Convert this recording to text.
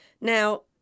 Now